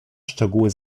szczegóły